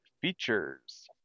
Features